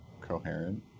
coherent